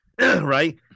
right